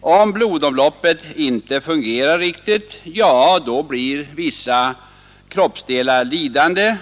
Om blodomloppet inte fungerar riktigt blir vissa kroppsdelar lidande.